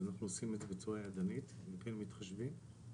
גלים מילימטריים עכשיו, עיריות.